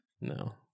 No